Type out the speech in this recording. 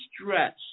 stress